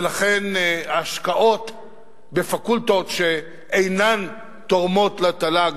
ולכן ההשקעות בפקולטות שאינן תורמות לתל"ג,